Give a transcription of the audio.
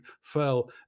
fell